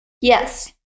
Yes